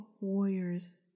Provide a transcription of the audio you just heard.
warriors